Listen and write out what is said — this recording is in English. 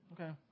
Okay